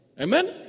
Amen